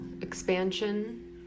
expansion